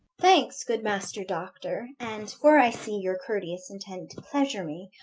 thanks, good master doctor and, for i see your courteous intent to pleasure me,